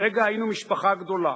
לרגע היינו משפחה גדולה.